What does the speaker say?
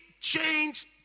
change